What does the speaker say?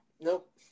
Nope